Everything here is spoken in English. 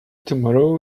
tomorrow